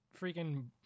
freaking